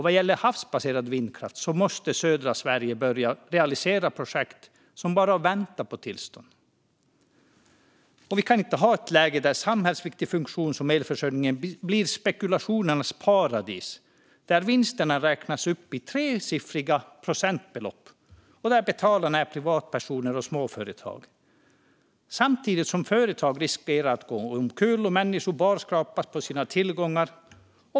Vad gäller havsbaserad vindkraft måste södra Sverige få börja realisera projekt som bara väntar på tillstånd. Vi kan inte ha ett läge där en samhällsviktig funktion som elförsörjningen blir ett spekulationernas paradis, med vinster som räknas i tresiffriga procentbelopp och där betalarna är privatpersoner och småföretag - samtidigt som företag riskerar att gå omkull och människor barskrapas på sina tillgångar.